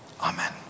Amen